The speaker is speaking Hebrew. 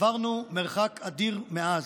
עברנו מרחק אדיר מאז,